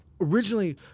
originally